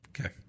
Okay